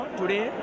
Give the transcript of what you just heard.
today